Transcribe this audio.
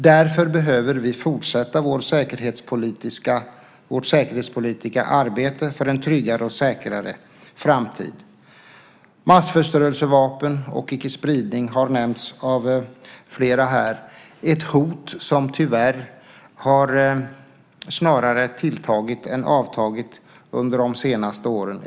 Därför behöver vi fortsätta vårt säkerhetspolitiska arbete för en tryggare och säkrare framtid. Massförstörelsevapen och icke-spridning har nämnts av flera här, ett hot som tyvärr snarare har tilltagit än avtagit under de senaste åren.